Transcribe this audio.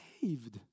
saved